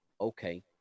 okay